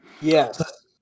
Yes